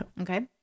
Okay